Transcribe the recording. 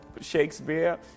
Shakespeare